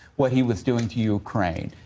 what he was doing to ukraine,